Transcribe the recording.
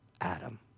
Adam